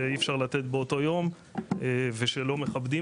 ושאי אפשר לתת באותו יום ושלא מכבדים